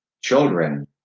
children